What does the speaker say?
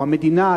או המדינה,